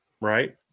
right